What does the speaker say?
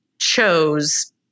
chose